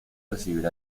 recibir